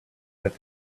that